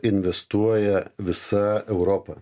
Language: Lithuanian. investuoja visa europa